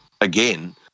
again